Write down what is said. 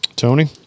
Tony